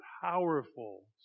powerful